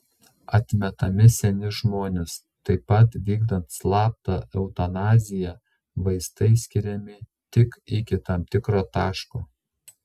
atmetami seni žmonės taip pat vykdant slaptą eutanaziją vaistai skiriami tik iki tam tikro taško